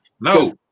No